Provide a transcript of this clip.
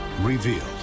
revealed